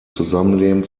zusammenleben